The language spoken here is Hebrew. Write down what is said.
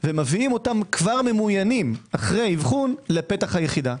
ומביאים אותם כבר ממוינים אחרי אבחון לפתח היחידה.